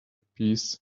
peace